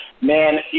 Man